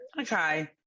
okay